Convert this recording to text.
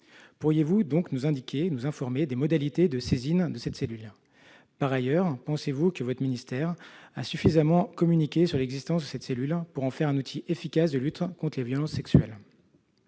pourriez-vous nous informer des modalités de saisine de cette cellule ? Par ailleurs, pensez-vous que votre ministère a suffisamment communiqué sur son existence pour en faire un outil efficace de lutte contre les violences sexuelles ?